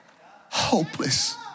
hopeless